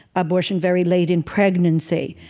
abortion very late in pregnancy,